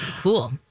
Cool